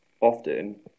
Often